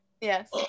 Yes